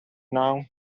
now